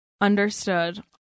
understood